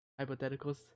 hypotheticals